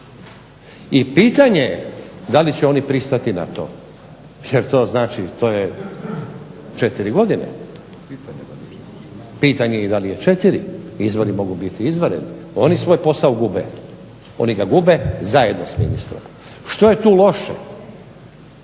i pitanje da li će oni pristati na to. Jer to znači to je četiri godine. Pitanje da li je četiri, izbori mogu biti izvanredni, oni svoj posao gube, oni ga gube zajedno s ministrom. Što je tu loše?